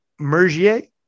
Mergier